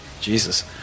Jesus